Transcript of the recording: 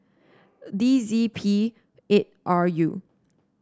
D Z P eight R U